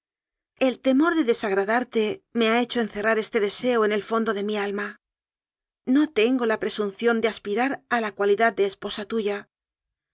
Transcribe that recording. el temor de desagradarte me ha hecho encerrar este deseo en el fondo de mi alma no tengo la presunción de aspirar a la cua lidad de esposa tuya